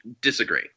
Disagree